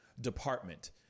department